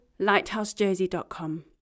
LighthouseJersey.com